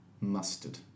Mustard